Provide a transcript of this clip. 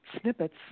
snippets